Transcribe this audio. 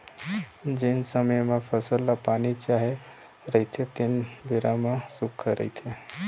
जेन समे म फसल ल पानी चाही रहिथे तेन बेरा म सुक्खा रहिथे